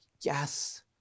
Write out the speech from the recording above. yes